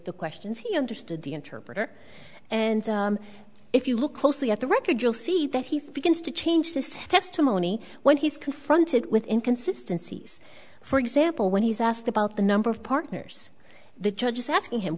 the questions he understood the interpreter and if you look closely at the record you'll see that he's going to change his testimony when he's confronted with inconsistency s for example when he's asked about the number of partners the judge is asking him